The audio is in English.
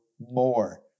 more